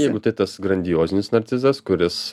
jeigu tai tas grandiozinis narcizas kuris